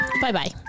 Bye-bye